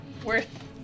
worth